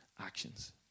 actions